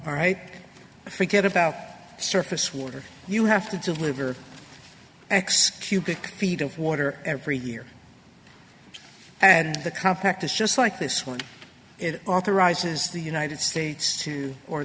right forget about surface water you have to deliver x cubic feet of water every year and the contract is just like this one it authorizes the united states to or